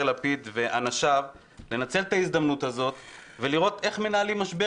לפיד ואנשיו לנצל את ההזדמנות הזאת ולראות איך מנהלים משבר